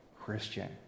Christian